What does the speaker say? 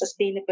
sustainability